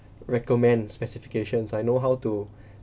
recommend specifications I know how to